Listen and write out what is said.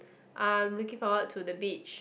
I'm looking forward to the beach